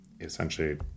essentially